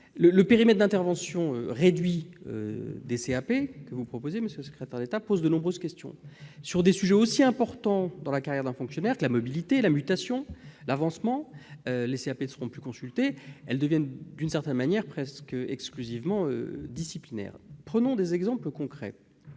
du périmètre d'intervention des CAP, que vous proposez, monsieur le secrétaire d'État, pose de nombreuses questions. Sur des sujets aussi importants dans la carrière d'un fonctionnaire que la mobilité, la mutation, l'avancement, les CAP ne seront plus consultées ; d'une certaine manière, elles deviendront presque exclusivement disciplinaires. Prenons des exemples concrets,